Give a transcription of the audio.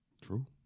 True